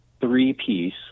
three-piece